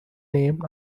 named